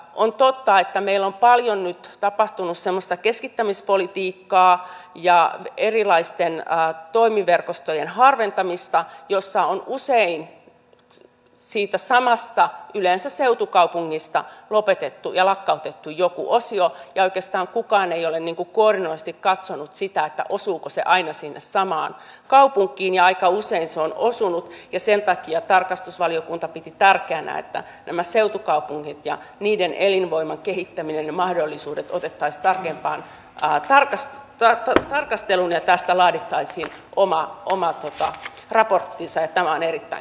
on totta että meillä on paljon nyt tapahtunut semmoista keskittämispolitiikkaa ja erilaisten toimiverkostojen harventamista jossa on usein siitä samasta kaupungista yleensä seutukaupungista lopetettu ja lakkautettu jokin osio ja oikeastaan kukaan ei ole koordinoidusti katsonut osuuko se aina sinne samaan kaupunkiin mutta aika usein se on osunut ja sen takia tarkastusvaliokunta piti tärkeänä että nämä seutukaupungit ja niiden elinvoiman kehittäminen ja mahdollisuudet otettaisiin tarkempaan tarkasteluun ja tästä laadittaisiin oma raporttinsa ja tämä on erittäin kannatettavaa